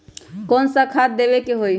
कोन सा खाद देवे के हई?